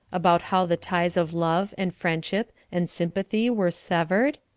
about how the ties of love, and friendship, and sympathy were severed?